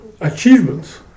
achievements